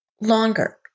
longer